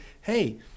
hey